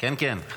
כן, כן.